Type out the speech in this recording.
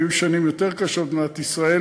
היו שנים יותר קשות במדינת ישראל,